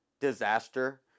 disaster